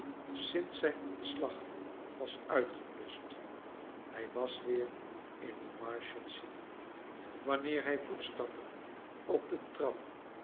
sinds zijn ontslag was uitgebluscht hij was weer in de marshalsea wanneer hij voetstappen op de trap